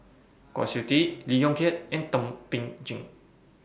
Kwa Siew Tee Lee Yong Kiat and Thum Ping Tjin